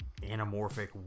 anamorphic